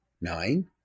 nine